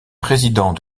président